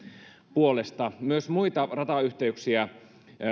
puolesta myös muita ratayhteyksiä